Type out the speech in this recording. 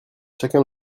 chacun